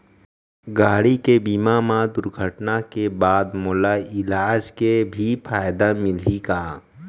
गाड़ी के बीमा मा दुर्घटना के बाद मोला इलाज के भी फायदा मिलही का?